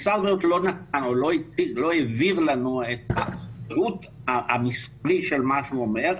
משרד הבריאות לא העביר לנו את הפירוט המספרי של מה שהוא אומר,